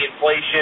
inflation